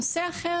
נושא אחר,